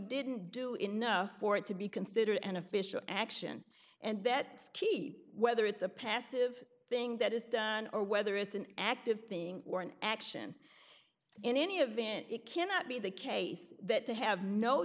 didn't do enough for it to be considered an official action and that key whether it's a passive thing that is done or whether it's an active thing or an action in any event it cannot be the case that to have no